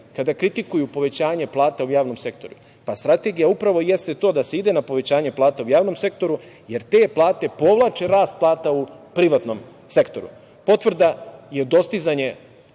kada kritikuju povećanje plata u javnom sektoru, upravo jeste to da se ide na povećanje plata u javnom sektoru, jer te plate povlače rast plata u privatnom sektoru. Potvrda je u dostizanju